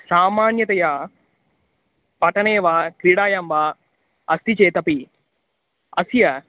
सामान्यतया पठने वा क्रीडायां वा अस्ति चेत् अपि अस्य